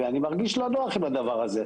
ואני מרגיש לא נוח עם הדבר הזה,